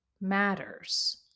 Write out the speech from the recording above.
matters